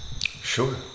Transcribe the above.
Sure